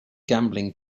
gambling